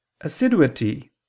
assiduity